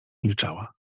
milczała